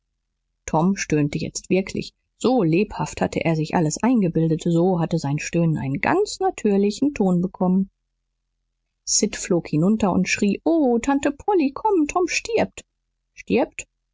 tom stöhnte jetzt wirklich so lebhaft hatte er sich alles eingebildet so hatte sein stöhnen einen ganz natürlichen ton bekommen sid flog hinunter und schrie o tante polly komm tom stirbt stirbt